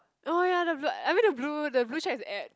oh ya the blue I mean the blue the blue chat is an app